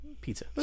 pizza